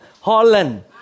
Holland